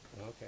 Okay